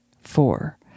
four